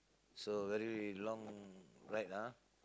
so very long ride ah